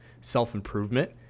self-improvement